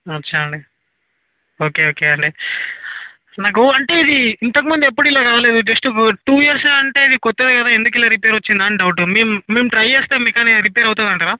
అచ్చా అండి okay okay అండి నాకు అంటే ఇది ఇంతకు ముందు ఎప్పుడు ఇలా కాలేదు జస్ట్ టూ ఇయర్స్ అంటే ఇది కొత్తది కదా ఎందుకు ఇలా రిపేర్ వచ్చిందా అని డౌట్ మేము మేము ట్రై చేస్తాం కానీ రిపేర్ అవుతుంది అంటారా